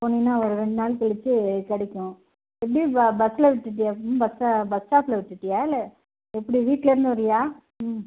போனீங்கன்னால் ஒரு ரெண்டு நாள் கழித்து கிடைக்கும் எப்படி பஸ்ஸில் விட்டுட்டியா பஸ்ஸில் பஸ் ஸ்டாபில் விட்டுட்டியா இல்லை எப்படி வீட்டுலேருந்து வரியா